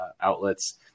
outlets